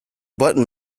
button